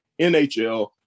NHL